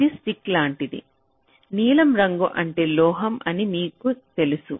ఇది స్టిక్ లాంటిది నీలం రంగు అంటే లోహం అని మీకు తెలుసు